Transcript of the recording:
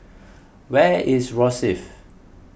where is Rosyth